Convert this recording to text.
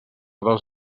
dos